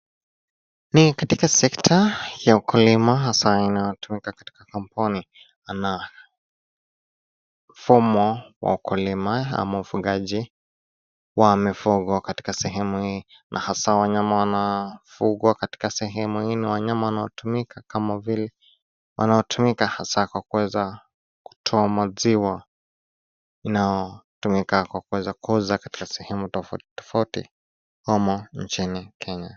Ni katika sekta ya ukulima hasa inayotumika katika kampuni na mfumo wa ukulima ama ufugaji wa mifugo katika sehemu hii na hasa wanyama wanafugwa katika sehemu hii ni wanyama wanaotumika hasa kwa kuweza kutoa maziwa inaotumika kwa kuweza kuuza katika sehemu tofautitofauti humu nchini Kenya.